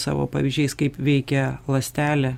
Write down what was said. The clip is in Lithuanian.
savo pavyzdžiais kaip veikia ląstelę